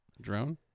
drone